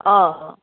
অ'